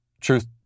truth